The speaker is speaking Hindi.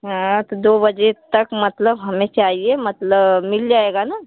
हाँ तो दो बजे तक मतलब हमें चाहिए मतलब मिल जाएगा ना